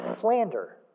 slander